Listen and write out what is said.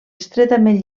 estretament